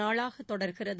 நாளாக தொடர்கிறது